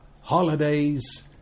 holidays